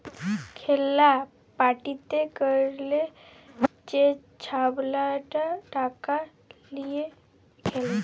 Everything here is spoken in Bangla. খেল্লা বাটিতে ক্যইরে যে ছাবালরা টাকা লিঁয়ে খেলে